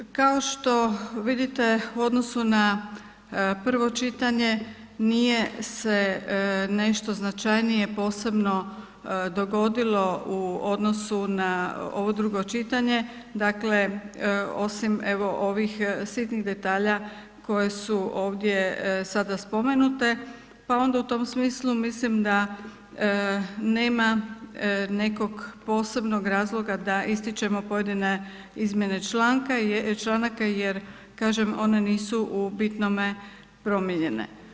Kao što vidite u odnosu na prvo čitanje nije se nešto značajnije posebno nešto dogodilo u odnosu na ovo drugo čitanje osim evo ovih sitnih detalja koji su ovdje sada spomenuti, pa onda u tom smislu mislim da nema nekog posebnog razloga da ističemo pojedine izmjene članaka jer one nisu u bitnome promijenjene.